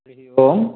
हरिः ओम्